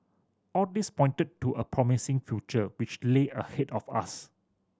all this pointed to a promising future which lay ahead of us